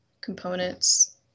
components